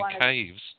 caves